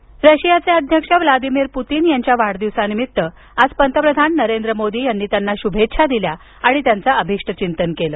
Putin रशियाचे अध्यक्ष Vladimir Putin यांच्या वाढदिवसानिमित्त आज पंतप्रधान नरेंद्र मोदी यांनी त्यांना शुभेच्छा दिल्या आणि त्यांचं अभिष्टचिंतन केलं